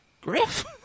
Griff